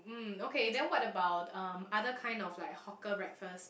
mm okay then what about um other kind of like hawker breakfast